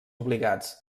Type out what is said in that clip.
obligats